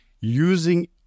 using